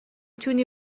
تونی